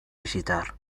visitar